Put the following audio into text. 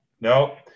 no